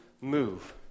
move